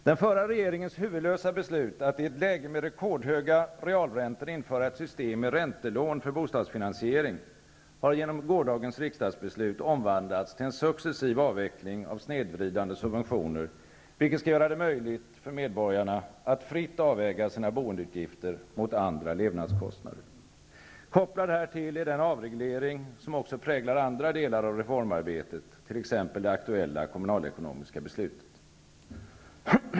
Den förra regeringens huvudlösa beslut att i ett läge med rekordhöga realräntor införa ett system med räntelån för bostadsfinansiering har genom gårdagens riksdagsbeslut omvandlats till en successiv avveckling av snedvridande subventioner, vilket skall göra det möjligt för medborgarna att fritt avväga sina boendeutgifter mot andra levnadskostnader. Kopplad härtill är den avreglering som också präglar andra delar av reformarbetet, t.ex. det aktuella kommunalekonomiska beslutet.